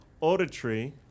auditory